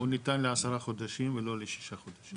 הוא ניתן לעשרה חודשים ולא לשישה חודשים.